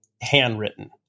handwritten